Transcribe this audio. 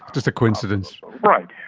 just a coincidence. right,